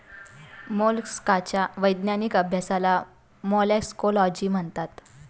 मोलस्काच्या वैज्ञानिक अभ्यासाला मोलॅस्कोलॉजी म्हणतात